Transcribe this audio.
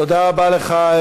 תודה רבה לך,